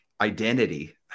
identity